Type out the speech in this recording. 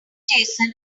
jason